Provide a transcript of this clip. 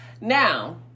Now